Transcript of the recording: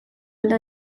alda